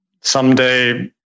someday